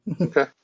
Okay